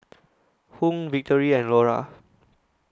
Hung Victory and Laura